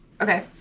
Okay